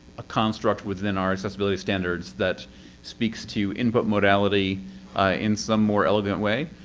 a construct within our accessibility standards that speaks to input modality in some more elegant way.